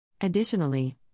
Additionally